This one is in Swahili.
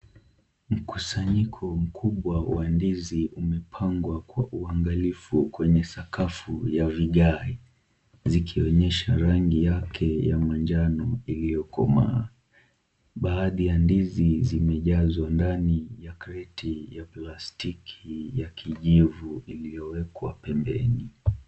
Mkusanyiko mkubwa wa ndizi umepangwa kwa uangalifu kwenye sakafu ya vigae, zikionyesha rangi yake ya manjano iliyokomaa. Baadhi ya ndizi zimejazwa ndani ya kreti ya plastiki ya kijivu iliyowekwa pembeni.